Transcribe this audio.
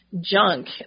junk